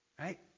right